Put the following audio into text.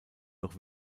noch